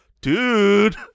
dude